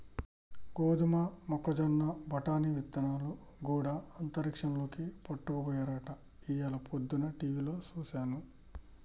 గోదమ మొక్కజొన్న బఠానీ ఇత్తనాలు గూడా అంతరిక్షంలోకి పట్టుకపోయినారట ఇయ్యాల పొద్దన టీవిలో సూసాను